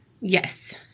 Yes